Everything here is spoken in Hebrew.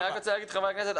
אני רק רוצה להגיד לחברי הכנסת,